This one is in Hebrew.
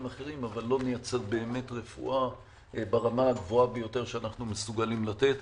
אחרים אבל לא נייצר באמת רפואה ברמה הכי גבוהה שאנחנו מסוגלים לתת.